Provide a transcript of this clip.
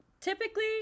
typically